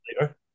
later